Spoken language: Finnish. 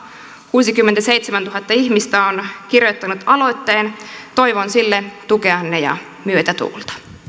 kuusikymmentäseitsemäntuhatta ihmistä on kirjoittanut aloitteen toivon sille tukeanne ja myötätuulta